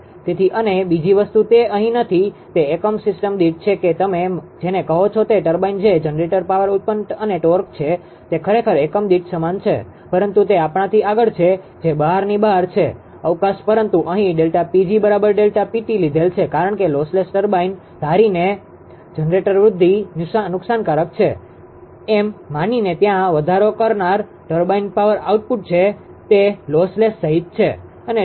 તેથી અને બીજી વસ્તુ તે અહીં નથી તે એકમ સિસ્ટમ દીઠ છે કે તમે જેને કહો છો તે ટર્બાઇન જે જનરેટર પાવર આઉટપુટ અને ટોર્ક છે તે ખરેખર એકમ દીઠ સમાન છે પરંતુ તે આપણાથી આગળ છે જે બહારની બહાર છે અવકાશ પરંતુ અહીં ΔPg બરાબર ΔPt લીધેલ છે કારણ કે લોસલેસ ટર્બાઇન ધારીને જનરેટર વૃધ્ધિ નુક્શાનકારક છે એમ માનીને ત્યાં વધારો કરનાર ટર્બાઇન પાવર આઉટપુટ છે તે લોસલેસ સહિત છે અનેΔPL લોડ વૃદ્ધિ છે